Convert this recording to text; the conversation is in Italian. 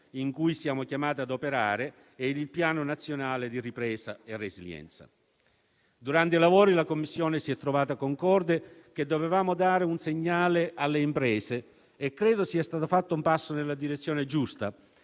in cui siamo chiamati ad operare e il Piano nazionale di ripresa e resilienza. Durante i lavori, la Commissione si è trovata concorde sul fatto che dovevamo dare un segnale alle imprese e credo sia stato fatto un passo nella direzione giusta,